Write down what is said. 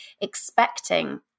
expecting